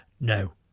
No